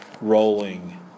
rolling